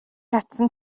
чадсан